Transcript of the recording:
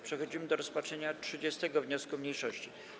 Przechodzimy do rozpatrzenia 30. wniosku mniejszości.